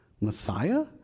Messiah